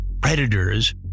predators